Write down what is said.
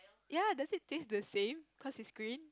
yea that's it taste the same cuz it's green